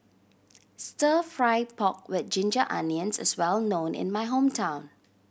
Stir Fry pork with ginger onions is well known in my hometown